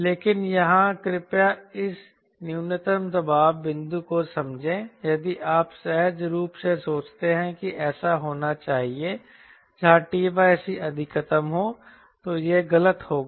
लेकिन यहाँ कृपया इस न्यूनतम दबाव बिंदु को समझें यदि आप सहज रूप से सोचते हैं कि ऐसा होना चाहिए जहाँ t c अधिकतम है तो यह गलत होगा